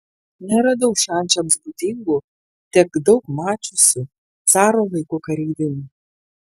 neradau šančiams būdingų tiek daug mačiusių caro laikų kareivinių